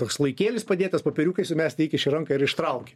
toks sloikėlis padėtas popieriukai sumesti įkiši ranką ir ištrauki